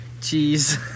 cheese